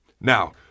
Now